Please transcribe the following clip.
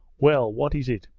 well, what is it